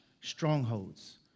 strongholds